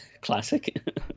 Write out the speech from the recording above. classic